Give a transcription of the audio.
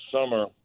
summer